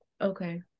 Okay